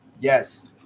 Yes